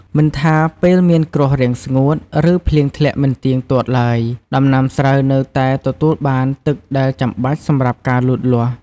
មិនថាពេលមានគ្រោះរាំងស្ងួត ឬភ្លៀងធ្លាក់មិនទៀងទាត់ឡើយ ដំណាំនៅតែទទួលបានទឹកដែលចាំបាច់សម្រាប់ការលូតលាស់។